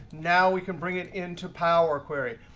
now we can bring it into power query.